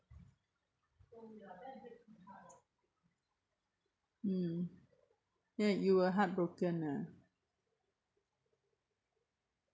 mm ya you will heartbroken lah